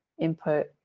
input